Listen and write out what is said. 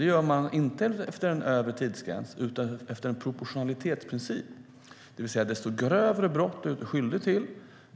Det gör man inte efter en övre tidsgräns utan efter en proportionalitetsprincip. Ju grövre brott du är misstänkt för,